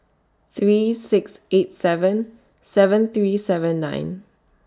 three six eight seven seven three seven nine